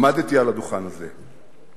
עמדתי על הדוכן הזה.